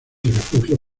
refugios